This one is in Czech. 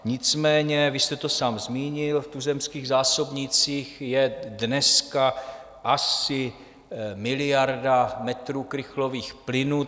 Nicméně, vy jste to sám zmínil, v tuzemských zásobnících je dneska asi miliarda metrů krychlových plynu.